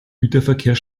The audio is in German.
güterverkehr